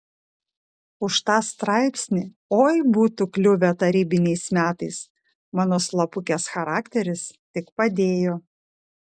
už tą straipsnį oi būtų kliuvę tarybiniais metais mano slapukės charakteris tik padėjo